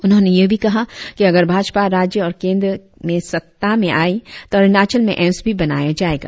उन्होंने यह भी कहा कि अगर भाजपा राज्य और केंद्र में सत्ता में आई तो अरुणआचल में एम्स भी बनाया जाएगा